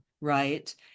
right